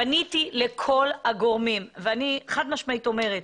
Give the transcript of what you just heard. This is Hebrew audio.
פניתי לכל הגורמים ואני חד משמעית אומרת,